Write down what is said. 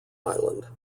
island